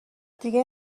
دیگه